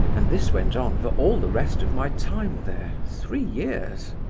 and this went on for all the rest of my time there, three years.